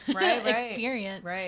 experience